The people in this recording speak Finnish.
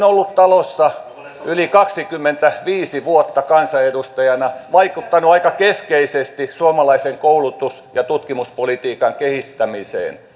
ollut talossa yli kaksikymmentäviisi vuotta kansanedustajana vaikuttanut aika keskeisesti suomalaisen koulutus ja tutkimuspolitiikan kehittämiseen